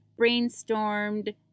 brainstormed